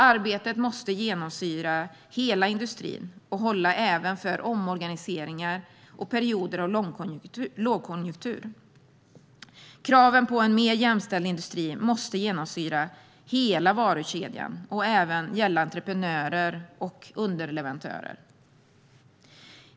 Arbetet måste genomsyra hela industrin och hålla även för omorganiseringar och perioder av lågkonjunktur. Kraven på en mer jämställd industri måste genomsyra hela varukedjan och även gälla entreprenörer och underleverantörer.